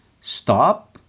stop